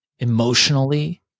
emotionally